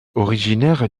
originaire